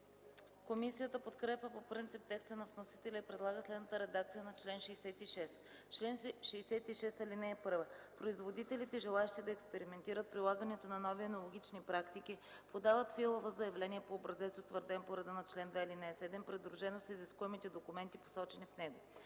Комисията подкрепя по принцип текста на вносителя и предлага следната редакция на чл. 66: „Чл. 66. (1) Производителите, желаещи да експериментират прилагането на нови енологични практики, подават в ИАЛВ заявление по образец, утвърден по реда на чл. 2, ал. 7, придружено с изискуемите документи, посочени в него.